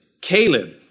Caleb